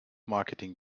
marketing